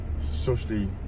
socially